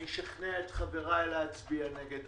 אשכנע את חבריי להצביע נגד.